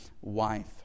wife